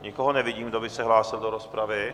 Nikoho nevidím, kdo by se hlásil do rozpravy.